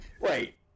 wait